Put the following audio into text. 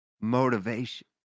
motivation